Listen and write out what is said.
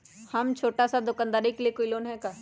हम छोटा सा दुकानदारी के लिए कोई लोन है कि?